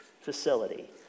facility